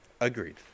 Agreed